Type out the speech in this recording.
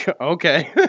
Okay